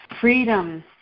Freedom